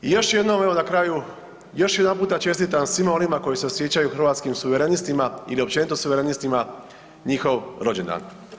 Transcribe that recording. Još ću jednom na kraju, još jedanputa čestitam svima onima koji se osjećaju Hrvatskim suverenistima ili općenito suverenistima njihov rođendan.